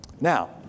Now